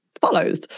follows